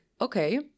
okay